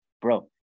bro